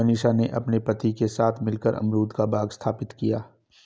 मनीषा ने अपने पति के साथ मिलकर अमरूद का बाग स्थापित किया